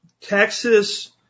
Texas